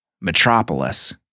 Metropolis